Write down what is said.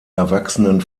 erwachsenen